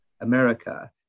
America